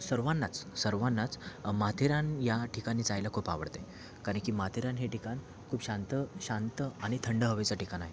सर्वांनाच सर्वांनाच माथेरान या ठिकाणी जायला खूप आवडते कारण की माथेरान हे ठिकाण खूप शांत शांत आणि थंड हवेचं ठिकाण आहे